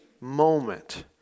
moment